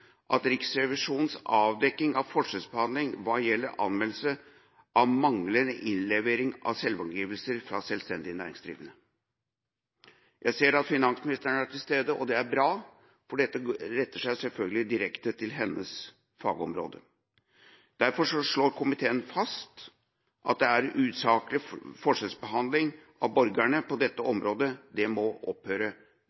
Riksrevisjonens avdekking av forskjellsbehandling hva gjelder anmeldelse av manglende innlevering av selvangivelser fra selvstendig næringsdrivende. Jeg ser at finansministeren er til stede, og det er bra, for dette retter seg selvfølgelig direkte til hennes fagområde. Derfor slår komiteen fast at det er usaklig forskjellsbehandling av borgerne på dette